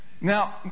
Now